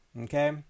Okay